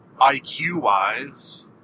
IQ-wise